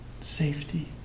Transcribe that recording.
safety